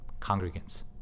congregants